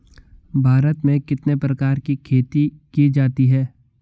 भारत में कितने प्रकार की खेती की जाती हैं?